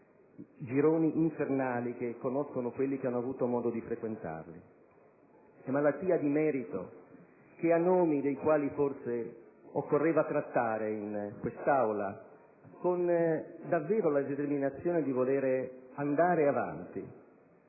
gironi infernali, come sanno quelli che hanno avuto modo di frequentarli; malattia di merito, che ha nomi dei quali forse occorreva trattare in quest'Aula, con la determinazione di voler davvero andare avanti.